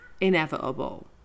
inevitable